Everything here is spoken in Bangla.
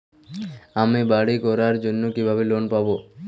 আমি বাড়ি করার জন্য কিভাবে লোন পাব?